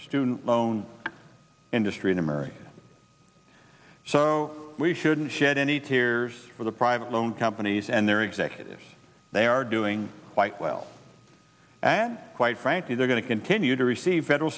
student loan industry in america so we shouldn't shed any tears for the private loan companies and their executives they are doing quite well and quite frankly they're going to continue to receive federal